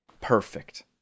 perfect